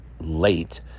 late